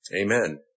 Amen